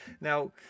Now